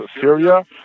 Syria